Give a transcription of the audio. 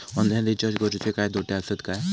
Online recharge करुचे काय तोटे आसत काय?